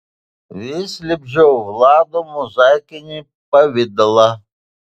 vis lipdžiau vlado mozaikinį pavidalą